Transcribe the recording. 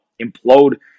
implode